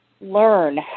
learn